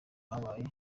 yabaye